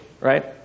right